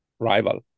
Rival